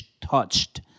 touched